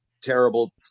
terrible